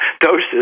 doses